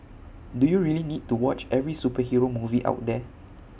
do you really need to watch every superhero movie out there